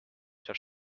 saab